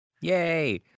Yay